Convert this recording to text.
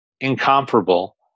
incomparable